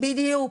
בדיוק.